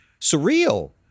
surreal